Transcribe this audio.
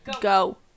Go